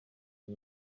iba